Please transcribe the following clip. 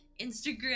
Instagram